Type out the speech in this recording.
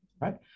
right